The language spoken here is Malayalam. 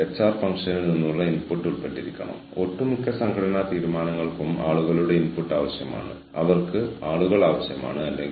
വിരോധാഭാസ ടെൻഷനുകൾ വിരോധാഭാസങ്ങളുടെ രണ്ട് വിപരീത ധ്രുവങ്ങൾ മൂലമുണ്ടാകുന്ന അവസ്ഥകളും പ്രതിഭാസങ്ങളും ഉൾക്കൊള്ളുന്നു